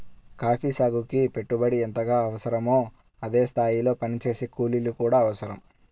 coffee సాగుకి పెట్టుబడి ఎంతగా అవసరమో అదే స్థాయిలో పనిచేసే కూలీలు కూడా అవసరం